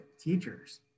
teachers